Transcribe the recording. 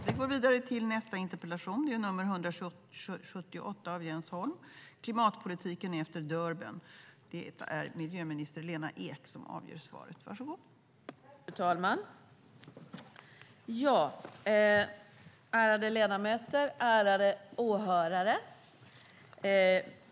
Fru talman, ärade ledamöter och åhörare!